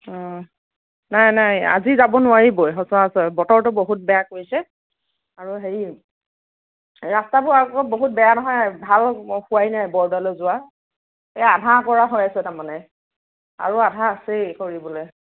ওহ নাই নাই আজি যাব নোৱাৰিবই সচৰাচৰ বতৰটো বহুত বেয়া কৰিছে আৰু হেৰি ৰাস্তাবোৰ আকৌ বহুত বেয়া নহয় ভাল হোৱাই নাই বৰদোৱালৈ যোৱা এ আধা কৰা হৈ আছে তাৰমানে আৰু আধা আছেই কৰিবলৈ